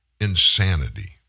insanity